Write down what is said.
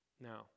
Now